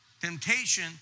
Temptation